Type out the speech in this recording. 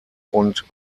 und